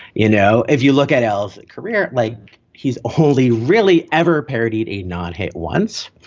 you know, if you look at al's career, like he's only really ever parodied a non hit once.